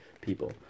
people